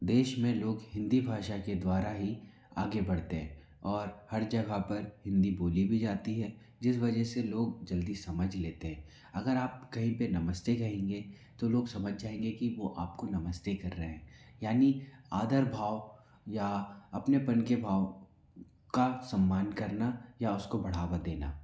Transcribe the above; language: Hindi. देश में लोग हिन्दी भाषा के द्वारा ही आगे बढ़ते हैं और हर जगह पर हिन्दी बोली भी जाती है जिस वजह से लोग जल्दी समझ लेते हैं अगर आप कहीं पर नमस्ते कहेंगे तो लोग समझ जाएंगे कि वो आप को नमस्ते कर रए हैं यानी आदरभाव या अपनेपन के भाव का सम्मान करना या उसको बढ़ावा देना